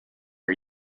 are